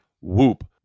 Whoop